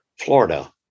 Florida